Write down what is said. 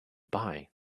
buy